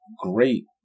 great